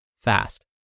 fast